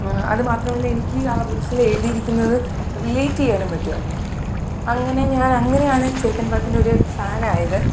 അതുമാത്രമല്ല എനിക്ക് ആ ബുക്സിലെഴുതീരിക്കുന്നത് റിലേറ്റ് ചെയ്യാനും പറ്റുവായിരുന്നു അങ്ങനെ ഞാനങ്ങനെയാണ് ചേതൻ ഭഗത്തിന്റെയൊരു ഫാനായത്